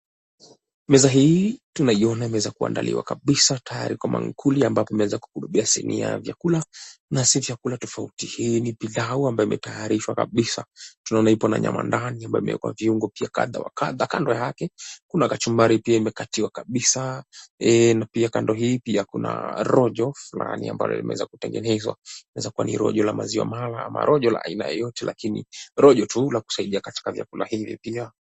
Meza hii tunayoona imeweza kuandaliwa kabisa tayari kwa mankuli ambapo imeweza kukuruhubia sinia ya vyakula na si vyakula tofauti. Hii ni pilau ambayo imetayarishwa kabisa. Tunaona ipo na nyama ndani ambayo imewekwa viungo pia kadha wa kadha. Kando yake kuna kachumbari pia imekatiwa kabisa. Na pia kando hii pia kuna rojo fulani ambalo limeweza kutengenezwa. Linaweza kuwa ni rojo la maziwa mahala ama rojo la aina yoyote lakini rojo tu la kusaidia katika vyakula hivi pia.